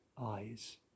eyes